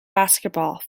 basketball